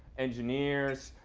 engineers,